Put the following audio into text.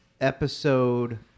episode